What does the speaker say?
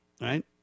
right